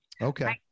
Okay